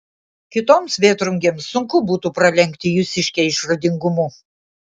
kitoms vėtrungėms sunku būtų pralenkti jūsiškę išradingumu